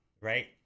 right